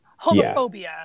homophobia